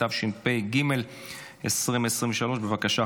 התשפ"ג 2023. בבקשה,